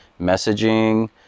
messaging